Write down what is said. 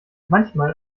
manchmal